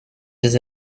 does